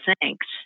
thanks